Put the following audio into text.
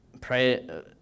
pray